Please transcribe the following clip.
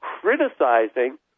criticizing